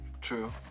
True